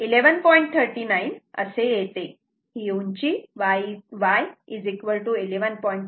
39 असे येते ही उंची y 11